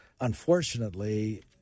Unfortunately